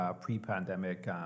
pre-pandemic